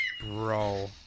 bro